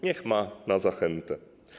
Niech ma na zachętę.